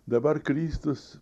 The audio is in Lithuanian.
dabar kristus